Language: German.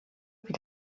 wie